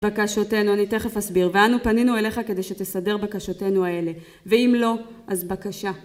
"בקשותנו...", אני תכף אסביר. "ואנו פנינו אליך כדי שתסדר בקשותנו אלה. ואם לא, אז בקשה..."